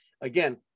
again